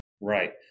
Right